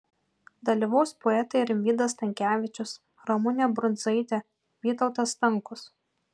dalyvaus poetai rimvydas stankevičius ramunė brundzaitė vytautas stankus